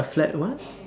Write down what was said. a flat what